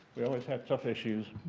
we always had tough issues.